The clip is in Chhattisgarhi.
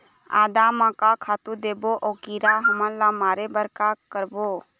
आदा म का खातू देबो अऊ कीरा हमन ला मारे बर का करबो?